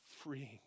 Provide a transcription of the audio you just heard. freeing